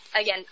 Again